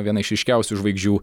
viena iš ryškiausių žvaigždžių